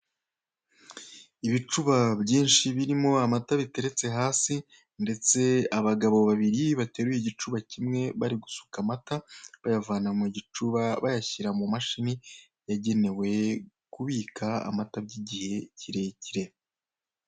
Ibicuba byinshi birimo amata biteretse hasi ndetse abagabo babiri bateruye igicuba kimwe bari gusuka amata, bayavana mu gicuba bayashyira mu mashini yagenewe kubika amata by'igihe kirekire.